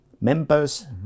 members